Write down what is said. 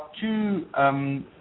two